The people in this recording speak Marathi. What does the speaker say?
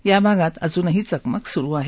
या भागात अजूनही चकमक सुरु आहे